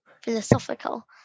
philosophical